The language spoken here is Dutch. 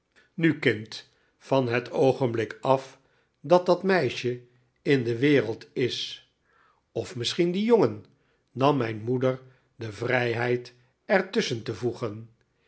nu kind van het oogenblik af dat dat meisje in de wereld is of misschien die jongen nam mijn moeder de vrijheid er tusschen te voegen